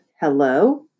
hello